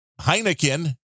Heineken